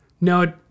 No